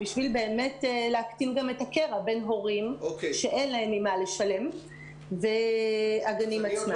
ובשביל באמת להקטין את הקרע בין הורים שאין להם ממה לשלם והגנים עצמם.